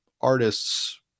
artists